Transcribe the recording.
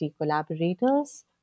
collaborators